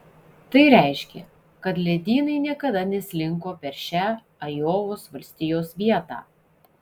tai reiškia kad ledynai niekada neslinko per šią ajovos valstijos vietą